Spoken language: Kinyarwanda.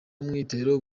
umwitero